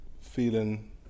Feeling